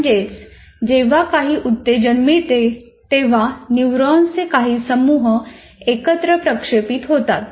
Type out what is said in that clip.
म्हणजेच जेव्हा काही उत्तेजन मिळते तेव्हा न्यूरॉन्सचे काही समूह एकत्र प्रक्षेपित होतात